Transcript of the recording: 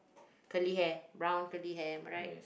curly hair brown curly hair am I right